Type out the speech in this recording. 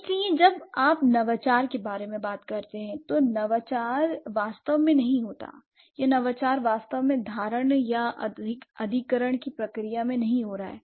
इसलिए जब आप नवाचार के बारे में बात करते हैं तो नवाचार वास्तव में नहीं होता है या नवाचार वास्तव में धारणा या अधिग्रहण की प्रक्रिया में नहीं हो रहा है